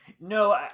No